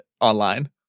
online